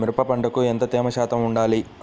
మిరప పంటకు ఎంత తేమ శాతం వుండాలి?